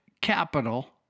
capital